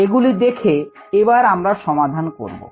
এগুলি দেখে এবার আমরা সমাধান করব